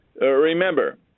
Remember